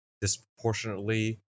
disproportionately